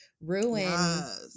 ruin